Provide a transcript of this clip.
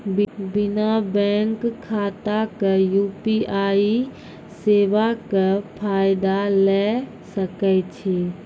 बिना बैंक खाताक यु.पी.आई सेवाक फायदा ले सकै छी?